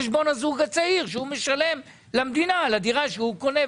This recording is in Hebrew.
זה על חשבון הזוג הצעיר שמשלם למדינה על הדירה שהוא קונה,